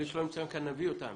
אלה שלא נמצאים כאן, נביא אותם.